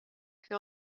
que